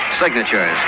signatures